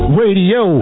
radio